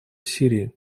сирии